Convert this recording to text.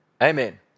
Amen